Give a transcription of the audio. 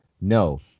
no